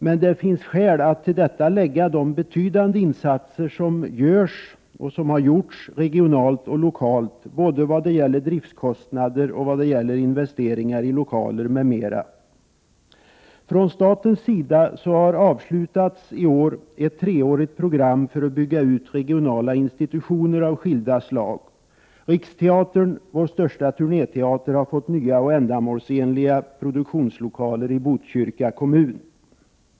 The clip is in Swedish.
Men det finns skäl att till detta lägga de betydande insatser som har gjorts och görs regionalt och lokalt, både vad gäller driftkostnader och vad avser investeringar i lokaler m.m. Staten har i år avslutat ett treårigt program för att bygga ut regionala institutioner av skilda slag. Riksteatern, vår största turnéteater, har fått nya och ändamålsenliga produktionslokaler i Botkyrka kommun.